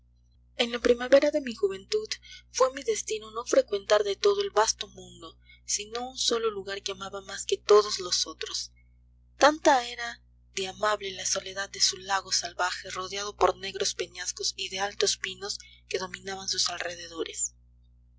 en la primavera de mi juventud fué mi destino no frecuentar de todo el vasto mundo sino un solo lugar que amaba más que todos los otros tanta era de amable la soledad de su lago salvaje rodeado por negros peñascos y de altos pinos que dominaban sus alrededores